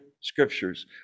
scriptures